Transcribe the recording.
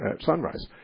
sunrise